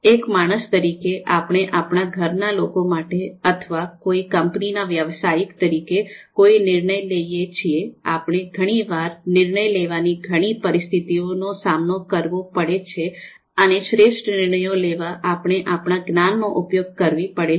એક માણસ તારીખે આપણે આપણા ઘરના લોકો માટે અથવા કોઈ કંપનીના વ્યાવસાયિક તરીકે કોઈ નિર્ણય લઈએ છીએ આપણે ઘણી વાર નિર્ણય લેવાની ઘણી પરિસ્થિતિઓનો સામનો કરવો પડે છે અને શ્રેષ્ઠ નિર્ણયો લેવા આપણે આપણા જ્ઞાનનો ઉપયોગ કરવી પડે છે